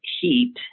heat